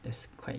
that's quite